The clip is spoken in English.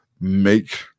make